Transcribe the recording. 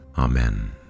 Amen